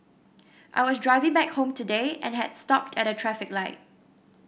I was driving back home today and had stopped at a traffic light